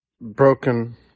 broken